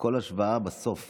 כל השוואה בסוף